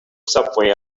subway